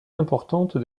importante